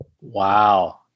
Wow